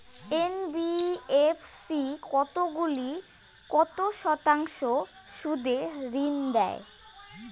NBFC কতগুলি কত শতাংশ সুদে ঋন দেয়?